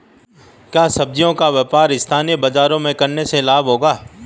क्या सब्ज़ियों का व्यापार स्थानीय बाज़ारों में करने से लाभ होगा?